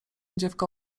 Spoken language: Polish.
dziewka